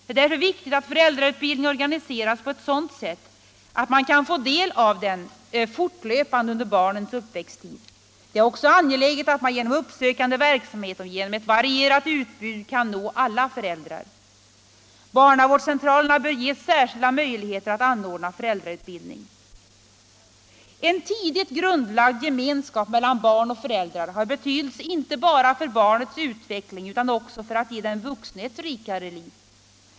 Det är därför viktigt att föräldrautbildningen organiseras på ett sådant sätt att man kan få del av den fortlöpande under barnets uppväxttid. Det är ofta angeläget att man genom uppsökande verksamhet och genom ett varierat utbud kan nå alla föräldrar. Barnavårdscentralerna bör ges särskilda möjligheter att anordna föräldrautbildning. En tidigt grundlagd gemenskap mellan barn och föräldrar har betydelse inte bara för barnets utveckling utan också för att ge den vuxne ett rikare liv.